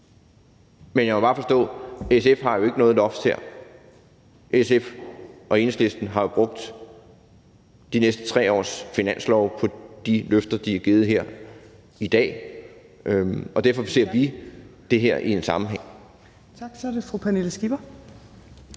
Men jeg må bare forstå, at SF jo ikke har noget loft her. SF og Enhedslisten har jo brugt de næste tre års finanslove på de løfter, de har givet her i dag, og derfor ser vi det her i en sammenhæng.